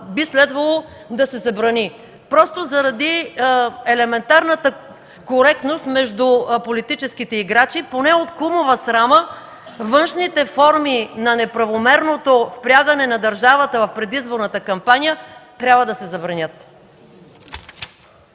би следвало да се забрани. Просто заради елементарната коректност между политическите играчи, поне от кумова срама външните форми на неправомерното впрягане на държавата в предизборната кампания трябва да се забранят.